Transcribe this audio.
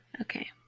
Okay